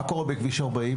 מה קורה בכביש 40?